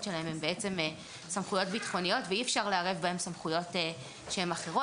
שלהם הם בעצם סמכויות ביטחוניות ואי אפשר לערב בהם סמכויות שהם אחרות.